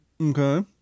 Okay